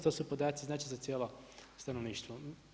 To su podaci znači za cijelo stanovništvo.